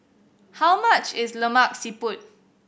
how much is Lemak Siput